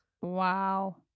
Wow